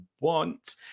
want